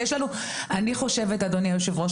אדוני היושב-ראש,